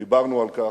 ודיברנו על כך.